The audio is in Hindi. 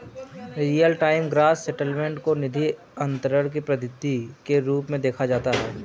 रीयल टाइम ग्रॉस सेटलमेंट को निधि अंतरण की पद्धति के रूप में देखा जाता है